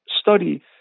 study